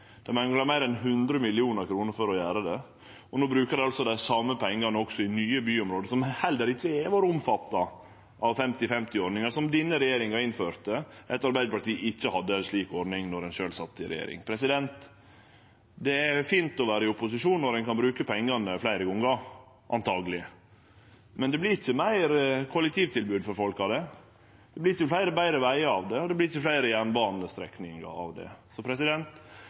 Dei manglar meir enn 100 mill. kr for å gjere det, og no brukar dei altså dei same pengane også i nye byområde, som heller ikkje har vore omfatta av 50–50-ordninga som denne regjeringa innførte etter at Arbeidarpartiet ikkje hadde ei slik ordning då dei sjølve sat i regjering. Det er fint å vere i opposisjon når ein kan bruke pengane fleire gonger – antakeleg. Men det vert ikkje meir kollektivtilbod for folk av det. Det vert ikkje fleire og betre vegar av det, og det vert ikkje fleire jernbanestrekningar av det.